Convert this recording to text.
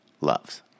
loves